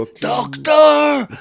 ah doctor,